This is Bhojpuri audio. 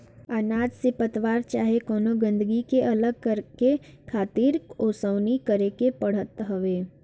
अनाज से पतवार चाहे कवनो गंदगी के अलग करके खातिर ओसवनी करे के पड़त हवे